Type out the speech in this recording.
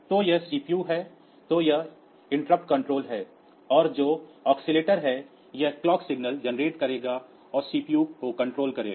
तो यह सीपीयू है तो यह इंटरप्ट कंट्रोल है और जो ऑसिलेटर है ये क्लॉक सिग्नल जेनरेट करेगा और सीपीयू को कंट्रोल करेगा